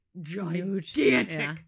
gigantic